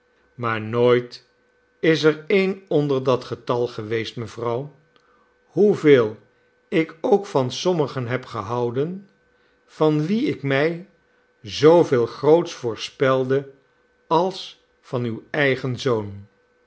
maar nooit is er een onder dat getal geweest mevrouw hoeveel ik ook van sommigen heb gehouden van wien ik mij zooveel groots voorspelde als van uw eenigen zoon